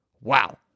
Wow